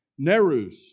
Nerus